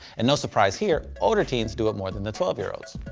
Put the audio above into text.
and now surprise here, older teens do it more than the twelve year olds.